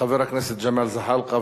חבר הכנסת ג'מאל זחאלקה.